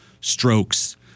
strokes